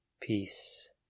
peace